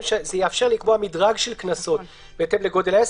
שזה יאפשר לקבוע מדרג של קנסות בהתאם לגודל העסק,